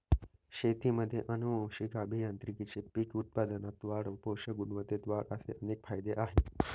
शेतीमध्ये आनुवंशिक अभियांत्रिकीचे पीक उत्पादनात वाढ, पोषक गुणवत्तेत वाढ असे अनेक फायदे आहेत